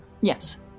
Yes